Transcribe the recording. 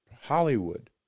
Hollywood